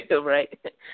Right